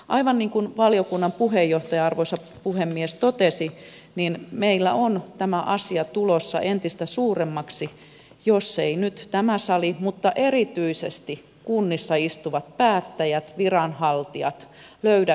aivan niin kuin valiokunnan puheenjohtaja arvoisa puhemies totesi meillä on tämä asia tulossa entistä suuremmaksi jos ei nyt tämä sali mutta erityisesti kunnissa istuvat päättäjät viranhaltijat löydä yhteistä säveltä